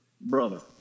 brother